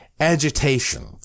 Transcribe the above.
agitation